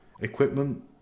equipment